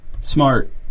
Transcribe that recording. Smart